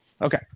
Okay